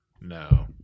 No